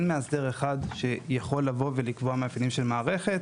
ואין מאסדר אחד שיכול לבוא ולקבוע מאפיינים של מערכת.